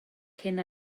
cyn